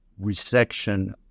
resection